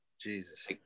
Jesus